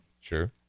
Sure